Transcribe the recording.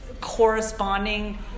corresponding